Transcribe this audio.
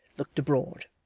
looked abroad.